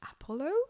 Apollo